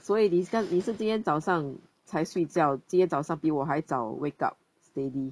所以你你是今天早上才睡觉今天早上比我还早 wake up steady